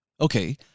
Okay